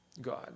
God